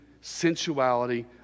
sensuality